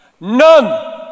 None